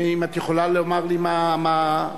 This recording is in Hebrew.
אם את יכולה לומר לי מה אחוז,